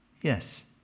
Yes